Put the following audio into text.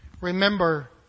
Remember